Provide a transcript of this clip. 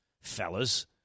fellas